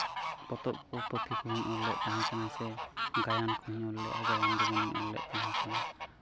ᱯᱚᱛᱚᱵ ᱠᱚ ᱯᱩᱛᱷᱤ ᱠᱚ ᱦᱚᱸᱧ ᱚᱞ ᱞᱮᱫ ᱛᱟᱦᱮᱸ ᱠᱟᱱᱟ ᱥᱮ ᱜᱟᱭᱟᱱ ᱠᱚ ᱦᱚᱧ ᱚᱞ ᱞᱮᱫᱼᱟ ᱜᱟᱭᱟᱱ ᱡᱮᱢᱚᱱ ᱤᱧ ᱚᱞ ᱞᱮᱫ ᱛᱟᱦᱮᱸ ᱠᱟᱱᱟ